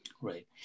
Right